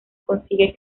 consigue